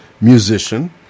musician